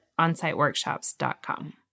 onsiteworkshops.com